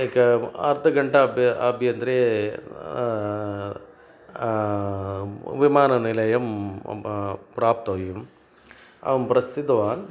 एकार्धघण्टा आभ्य आभ्यन्तरे विमाननिलयं प्राप्तव्यं अहं प्रस्थितवान्